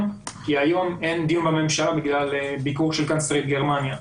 כי היום אין דיון בממשלה בגלל ביקור של קנצלרית גרמניה,